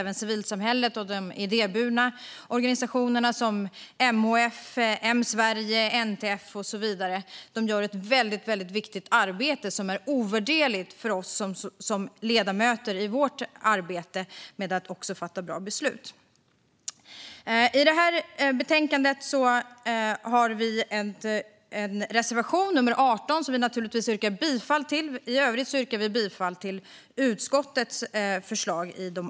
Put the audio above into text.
Även civilsamhället och de idéburna organisationerna som MHF, Riksförbundet M Sverige, NTF och så vidare gör ett mycket viktigt arbete som är ovärderligt för oss som ledamöter i vårt arbete med att fatta bra beslut. I detta betänkande har vi en reservation, reservation 18, som vi naturligtvis yrkar bifall till. I övrigt yrkar vi bifall till utskottets förslag.